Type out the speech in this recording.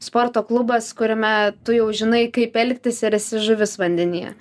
sporto klubas kuriame tu jau žinai kaip elgtis ir esi žuvis vandenyje